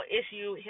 issue